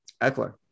Eckler